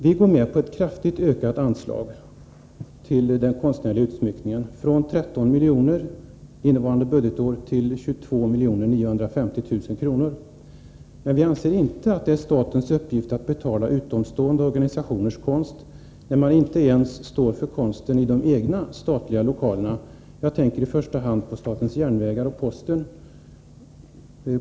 Vi går med på ett kraftigt ökat anslag till den konstnärliga utsmyckningen, från 13 milj.kr. innevarande budgetår till 22 950 000 kr. Men vi anser inte att det är statens uppgift att betala utomstående organisationers konst, när man inte ens står för konsten i de egna, statliga lokalerna. Jag tänker i första hand på statens järnvägar och postverket.